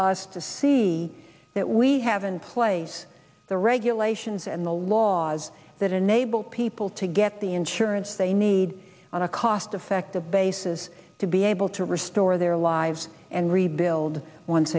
us to see that we have in place the regulations and the laws that enable people to get the insurance they need on a cost effective basis to be able to restore their lives and rebuild once